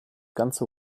ganze